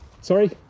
Sorry